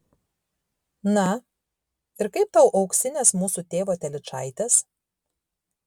na ir kaip tau auksinės mūsų tėvo telyčaitės